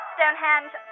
Stonehenge